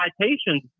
citations